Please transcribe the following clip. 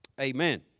amen